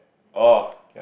oh